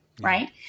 Right